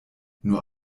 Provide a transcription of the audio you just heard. nur